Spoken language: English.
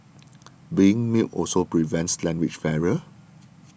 being mute also prevents language barrier